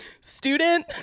Student